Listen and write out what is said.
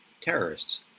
terrorists